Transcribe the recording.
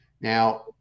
Now